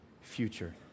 future